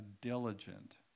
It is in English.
diligent